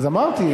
אז אמרתי.